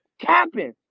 capping